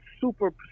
super